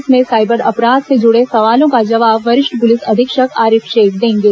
इसमें साइबर अपराध से जुड़े सवालों का जवाब वरिष्ठ पुलिस अधीक्षक आरिफ शेख देंगे